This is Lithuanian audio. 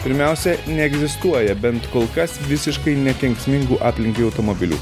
pirmiausia neegzistuoja bent kol kas visiškai nekenksmingų aplinkai automobilių